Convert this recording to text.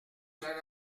c’est